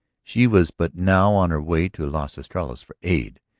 she was but now on her way to las estrellas for aid.